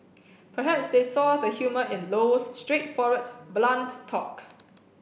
perhaps they saw the humour in Low's straightforward blunt talk